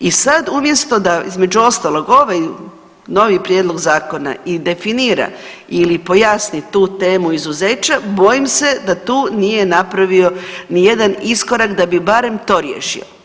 I sad umjesto da između ostalog ovaj novi prijedlog zakona i definira ili pojasni tu temu izuzeća, bojim se da tu nije napravio nijedan iskorak da bi barem to riješio.